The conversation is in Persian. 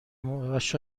زمانش